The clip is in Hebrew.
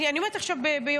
אני אומרת עכשיו ביושר.